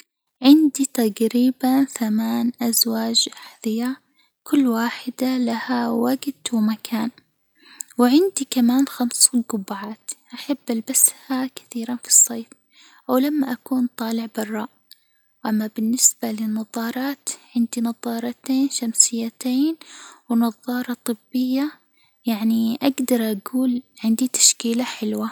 عندي تجريباً ثمان أزواج أحذية، كل واحدة لها وجت ومكان، وعندي كمان خمسون قبعات أحب ألبسها كثيرًا في الصيف ولما أكون طالع برا، أما بالنسبة للنظارات عندي نظارتين شمسيتين ونظارة طبية، يعني أجدر أجول عندي تشكيلة حلوة.